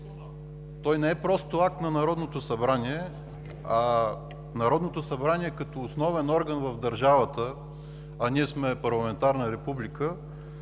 Той не е просто акт на Народното събрание. В Народното събрание като основен орган в държавата, а ние сме парламентарна република,